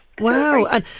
Wow